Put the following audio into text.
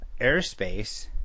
airspace